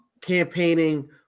campaigning